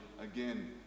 again